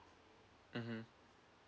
mmhmm